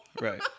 Right